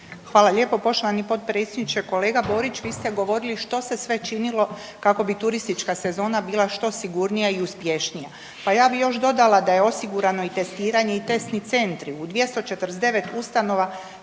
Hvala lijepo. Poštovani potpredsjedniče, kolega Borić vi ste govorili što se sve činilo kako bi turistička sezona bila što sigurnija i uspješnija. Pa ja bih još dodala da je osigurano i testiranje i testni centri. U 249. ustanova